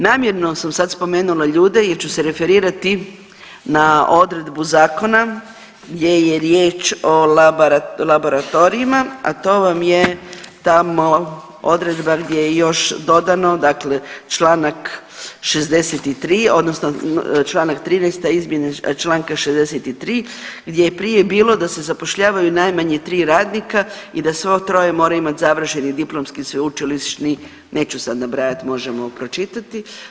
Namjerno sam sad spomenula ljude, jer ću se referirati na odredbu zakona, gdje je riječ o laboratorijima a to vam je tamo odredba gdje je još dodano, dakle članak 63. odnosno članak 13. a izmjene članka 63. gdje je prije bilo da se zapošljavaju najmanje tri radnika i da svo troje mora imati završeni diplomski sveučilišni neću sad nabrajati možemo pročitati.